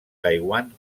taiwan